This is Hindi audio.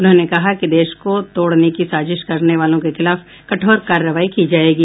उन्होंने कहा कि देश को तोड़ने की साजिश करने वालों के खिलाफ कठोर कार्रवाई की जायेगी